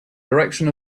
direction